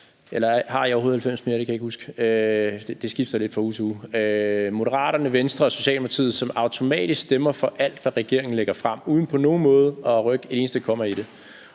eller har I overhovedet 90 mandater? Det kan jeg ikke huske, for det skifter lidt fra uge til uge – nemlig Moderaterne, Venstre og Socialdemokratiet, som automatisk stemmer for alt, hvad regeringen lægger frem uden på nogen måde at rykke et eneste komma i det.